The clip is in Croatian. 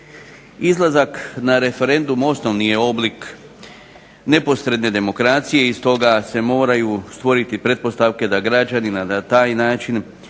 Izlazak na referendum osnovni je oblik neposredne demokracije i stoga se moraju stvoriti pretpostavke da građani na taj način